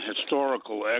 historical